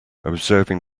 observing